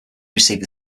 received